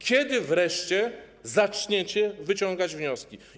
Kiedy wreszcie zaczniecie wyciągać wnioski?